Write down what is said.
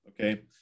Okay